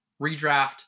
redraft